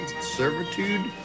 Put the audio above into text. servitude